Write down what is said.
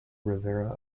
rivera